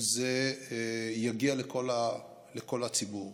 זה יגיע לכל הציבור.